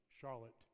charlotte